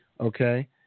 Okay